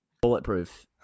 bulletproof